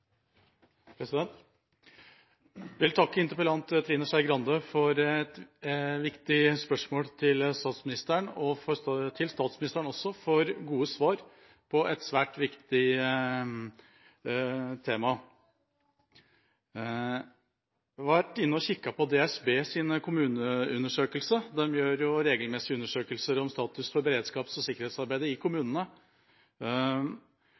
Jeg vil takke interpellant Trine Skei Grande for et viktig spørsmål til statsministeren, og til statsministeren for gode svar – dette er et svært viktig tema. Jeg har vært inne og kikket på DSBs kommuneundersøkelse. De foretar regelmessige undersøkelser om status for beredskaps- og sikkerhetsarbeidet i